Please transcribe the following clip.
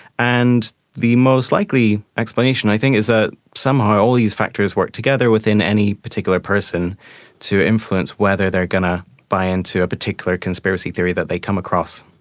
and the most likely explanation i think is that somehow all these factors work together within any particular person to influence whether they are going to buy into a particular conspiracy theory that they come across.